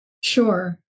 Sure